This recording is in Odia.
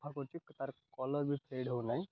ସଫା କରୁଛି ତାର' କଲର୍ ବି ଫେଡ଼୍ ହେଉନାହିଁ